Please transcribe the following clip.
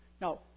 Now